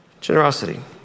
generosity